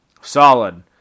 Solid